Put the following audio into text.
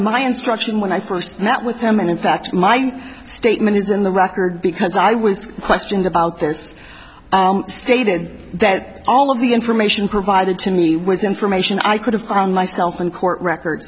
my instruction when i first met with them and in fact my statement is in the record because i was questioned about their stated that all of the information provided to me with information i could have on myself and court record